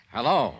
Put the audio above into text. Hello